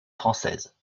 française